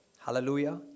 Hallelujah